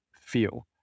feel